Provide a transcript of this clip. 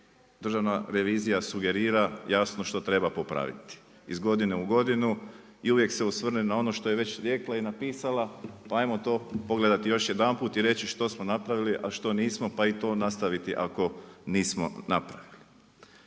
Državna revizija sugerira jasno što treba popraviti. Iz godine u godinu i uvijek se osvrne na ono što je već rekla i napisala, pa ajmo to pogledati još jedanput i reći što smo napravili, a što nismo, pa i to nastaviti, ako nismo napravili.